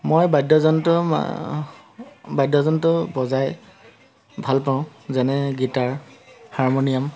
মই বাদ্যযন্ত্ৰ বাদ্যযন্ত্ৰ বজাই ভাল পাওঁ যেনে গীটাৰ হাৰমনিয়াম